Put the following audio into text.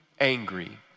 angry